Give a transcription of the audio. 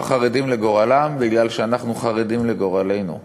החרדים לגורלם בגלל שאנחנו חרדים לגורלנו.